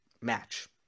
match